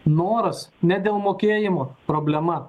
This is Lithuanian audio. noras ne dėl mokėjimo problema